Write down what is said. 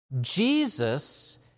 Jesus